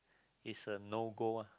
it's a no go uh